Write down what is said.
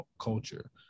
culture